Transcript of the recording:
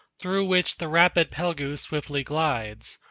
through which the rapid phalgu swiftly glides,